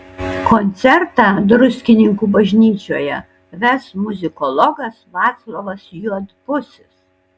koncertą druskininkų bažnyčioje ves muzikologas vaclovas juodpusis